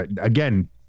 again